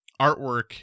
artwork